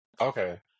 Okay